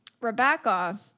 Rebecca